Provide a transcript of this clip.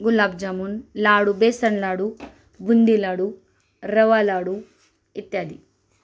गुलाबजामुन लाडू बेसन लाडू बुंदी लाडू रवा लाडू इत्यादी